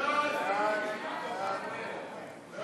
ההצעה להעביר את